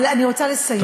אבל אני רוצה לסיים.